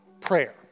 prayer